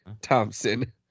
Thompson